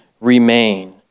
remain